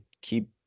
keep